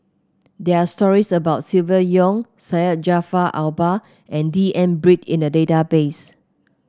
there are stories about Silvia Yong Syed Jaafar Albar and D N Pritt in the database